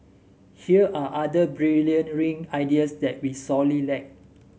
here are other brilliant ring ideas that we sorely lack